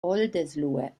oldesloe